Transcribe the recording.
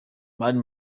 mani